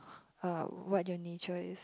what your nature is